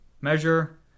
measure